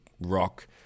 rock